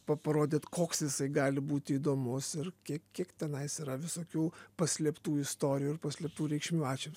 pa parodėt koks jisai gali būti įdomus ir kiek kiek tenais yra visokių paslėptų istorijų ir paslėptų reikšmių ačiū